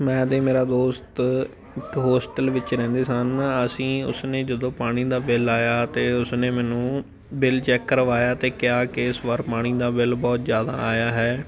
ਮੈਂ ਅਤੇ ਮੇਰਾ ਦੋਸਤ ਇੱਕ ਹੋਸਟਲ ਵਿੱਚ ਰਹਿੰਦੇ ਸਨ ਅਸੀਂ ਉਸਨੇ ਜਦੋਂ ਪਾਣੀ ਦਾ ਬਿੱਲ ਆਇਆ ਅਤੇ ਉਸਨੇ ਮੈਨੂੰ ਬਿੱਲ ਚੈੱਕ ਕਰਵਾਇਆ ਅਤੇ ਕਿਹਾ ਕਿ ਇਸ ਵਾਰ ਪਾਣੀ ਦਾ ਬਿੱਲ ਬਹੁਤ ਜ਼ਿਆਦਾ ਆਇਆ ਹੈ